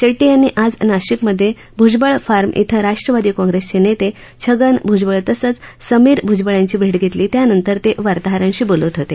शेट्टी यांनी आज नाशिकमध्ये भुजबळ फार्म इथं राष्ट्रवादी कॉप्रेसचे नेते छगन भुजबळ तसंच समीर भुजबळ यांची भे घेतली त्यानंतर त्यानंतर ते वार्ताहरांशी बोलत होते